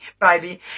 baby